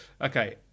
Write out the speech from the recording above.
Okay